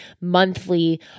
monthly